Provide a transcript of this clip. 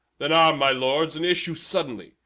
then arm, my lords, and issue suddenly,